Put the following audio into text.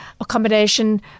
accommodation